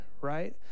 Right